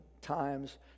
times